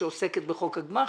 שעוסקת בחוק הגמ"חים.